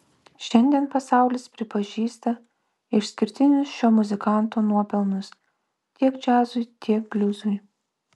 šiandien pasaulis pripažįsta išskirtinius šio muzikanto nuopelnus tiek džiazui tiek bliuzui